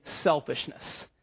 selfishness